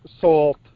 salt